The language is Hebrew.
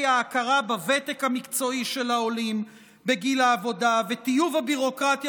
ההכרה בוותק המקצועי של העולים בגיל העבודה וטיוב הביורוקרטיה